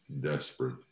desperate